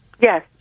Yes